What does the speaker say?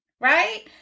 right